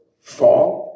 fall